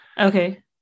Okay